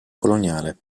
coloniale